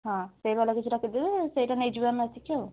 ହଁ ସେଇଭଳିଆ କିଛି ରଖିଦେବେ ସେଇଟା ନେଇଯିବୁ ଆମେ ଆସିକି ଆଉ